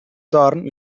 torn